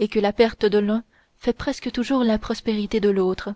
et que la perte de l'un fait presque toujours la prospérité de l'autre